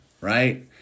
right